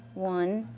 one,